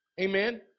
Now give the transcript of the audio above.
Amen